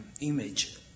Image